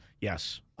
Yes